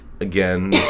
again